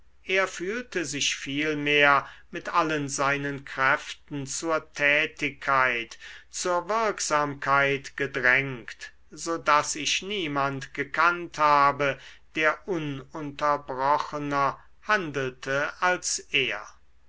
er fühlte sich vielmehr mit allen seinen kräften zur tätigkeit zur wirksamkeit gedrängt so daß ich niemand gekannt habe der ununterbrochener handelte als er